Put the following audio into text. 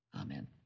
Amen